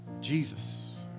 Jesus